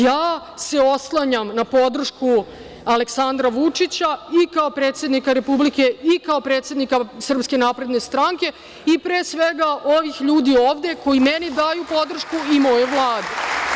Ja se oslanjam na podršku Aleksandra Vučića i kao predsednika Republike i kao predsednika SNS, i pre svega, ovih ljudi ovde, koji meni daju podršku i mojoj Vladi.